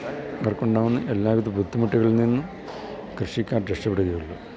അവർക്കുണ്ടാകുന്ന എല്ലാ വിധ ബുദ്ധിമുട്ടുകളിൽ നിന്നും കൃഷിക്കാർ രക്ഷപ്പെടുകയുള്ളു